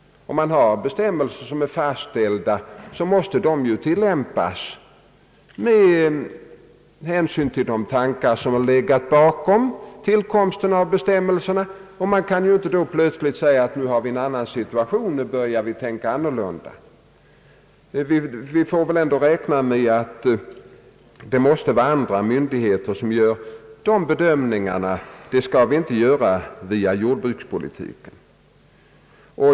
Om man har bestämmelser som är fastställda, måste de tillämpas med hänsyn till de tankar som legat bakom tillkomsten av bestämmelserna, och man kan inte plötsligt säga: Nu har vi en annan situation, nu börjar vi tänka annorlunda. Vi får väl ändå räkna med att det måste vara andra myndigheter än lantbruksstyrelsen som utformar sysselsättningspolitiken. De bedömningarna skall vi inte göra via jordbrukspolitiken.